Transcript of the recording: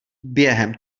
během